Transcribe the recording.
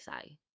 say